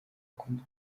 ukunda